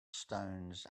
stones